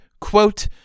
quote